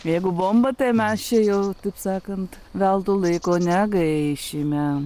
jeigu bomba tai mes čia jau taip sakant veltui laiko negaišime